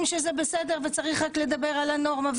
שזה בסדר וצריך רק לדבר על הנורמה?